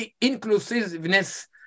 inclusiveness